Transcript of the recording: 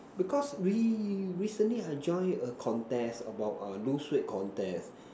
because re~ recently I join a contest about a lose weight contest